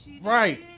Right